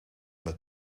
met